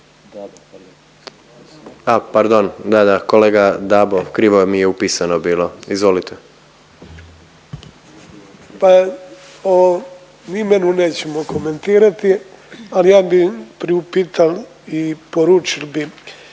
Pa o imenu nećemo komentirati, ali ja bi priupital i poručil bi